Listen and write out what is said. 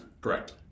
Correct